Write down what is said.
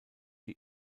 die